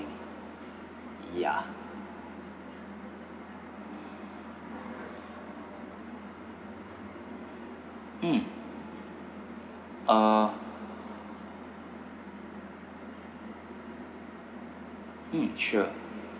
yeah mm uh mm sure